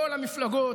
כל המפלגות,